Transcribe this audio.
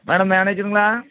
madam மேனேஜருங்களா